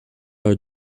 are